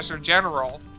general